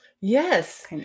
Yes